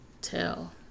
tell